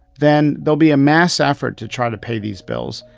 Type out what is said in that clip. then there'll be a mass effort to try to pay these bills.